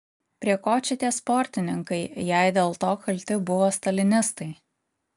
prie ko čia tie sportininkai jei dėl to kalti buvo stalinistai